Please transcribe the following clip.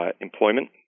employment